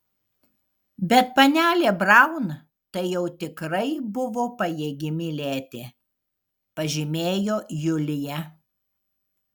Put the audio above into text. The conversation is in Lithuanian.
bet panelė braun tai jau tikrai buvo pajėgi mylėti pažymėjo julija